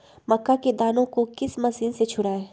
मक्का के दानो को किस मशीन से छुड़ाए?